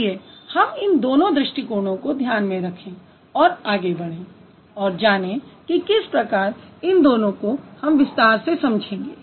आइए हम इन दोनों दृष्टिकोणों को ध्यान में रखें और आगे बढ़ें और जानें कि किस प्रकार इन दोनों को हम विस्तार से समझेंगे